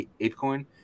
ApeCoin